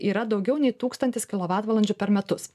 yra daugiau nei tūkstantis kilovatvalandžių per metus